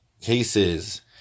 cases